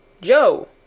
Joe